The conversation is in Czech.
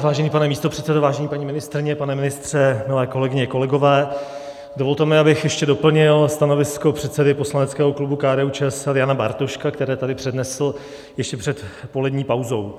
Vážený pane místopředsedo, vážená paní ministryně, pane ministře, milé kolegyně, kolegové, dovolte mi, abych ještě doplnil stanovisko předsedy poslaneckého klubu KDUČSL Jana Bartoška, které tady přednesl ještě před polední pauzou.